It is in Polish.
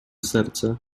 serce